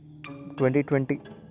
2020